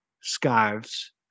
scarves